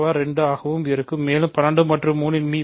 வ 2 ஆகவும் இருக்கும் மேலும் 12 என்பது 3 என்றும் மி